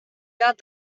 got